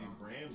brand